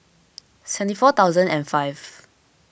seventy four thousand and five